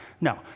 No